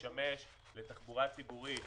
שישמש לתחבורה ציבורית